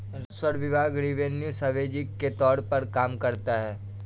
राजस्व विभाग revenue services के तौर पर काम करता है